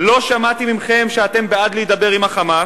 לא שמעתי מכם שאתם בעד להידבר עם ה"חמאס",